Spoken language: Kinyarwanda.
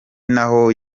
naho